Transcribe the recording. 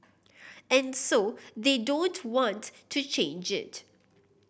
and so they don't want to change it